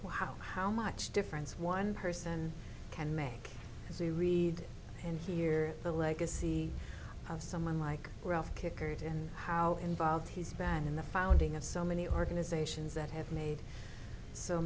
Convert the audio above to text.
wow how much difference one person can make as we read and hear the legacy of someone like kicker and how involved he's been in the founding of so many organizations that have made so